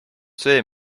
see